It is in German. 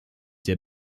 der